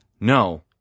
No